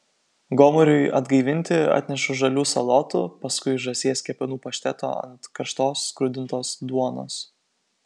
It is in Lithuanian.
gomuriui atgaivinti atnešu žalių salotų paskui žąsies kepenų pašteto ant karštos skrudintos duonos